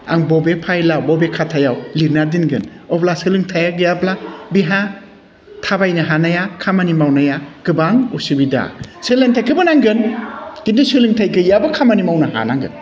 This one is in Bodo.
आं बबे फाइलाव बबे खातायाव लिरना दोनगोन अब्ला सोलोंथाइया गैयाब्ला बेहा थाबायनो हानाया खामानि मावनाया गोबां उसुबिदा सोलोंथाइखौबो नांगोन खिन्थु सोलोंथाइ गैयाबा खामानि मावनो हानांगोन